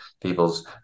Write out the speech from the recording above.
peoples